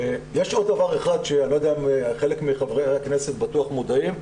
יש עוד דבר אחד שחלק מחברי הכנסת בטוח מודעים אליו,